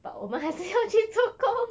but 我们还是要去做工